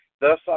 Thus